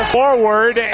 forward